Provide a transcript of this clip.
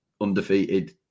undefeated